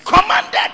commanded